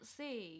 see